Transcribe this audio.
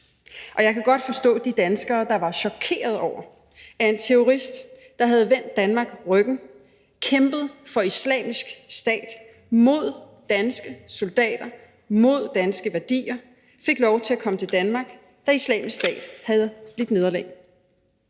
Og jeg kan godt forstå de danskere, der var chokerede over, at en terrorist, der havde vendt Danmark ryggen, kæmpet for Islamisk Stat mod danske soldater, mod danske værdier, fik lov til at komme til Danmark, da Islamisk Stat havde lidt nederlag.